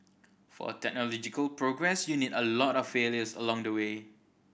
for technological progress you need a lot of failures along the way